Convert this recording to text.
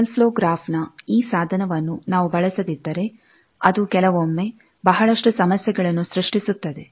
signal flow ಗ್ರಾಫ್ನ ಈ ಸಾಧನವನ್ನು ನಾವು ಬಳಸದಿದ್ದರೆ ಅದು ಕೆಲವೊಮ್ಮೆ ಬಹಳಷ್ಟು ಸಮಸ್ಯೆಗಳನ್ನು ಸೃಷ್ಟಿಸುತ್ತದೆ